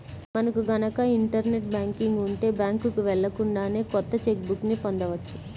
మనకు గనక internet banking ఉంటే బ్యాంకుకి వెళ్ళకుండానే కొత్త చెక్ బుక్ ని పొందవచ్చు